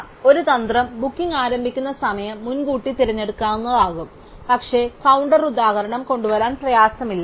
അതിനാൽ ഒരു തന്ത്രം ബുക്കിംഗ് ആരംഭിക്കുന്ന സമയം മുൻകൂട്ടി തിരഞ്ഞെടുക്കുന്നതാകാം പക്ഷേ കൌണ്ടർ ഉദാഹരണം കൊണ്ടുവരാൻ പ്രയാസമില്ല